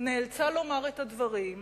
נאלצה לומר את הדברים,